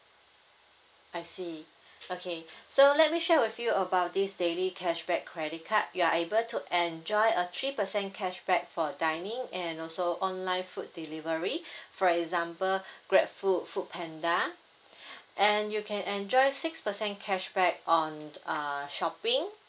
I see okay so let me share with you about this daily cashback credit card you are able to enjoy a three percent cashback for dining and also online food delivery for example grab food food panda and you can enjoy six percent cashback on uh shopping